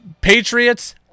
Patriots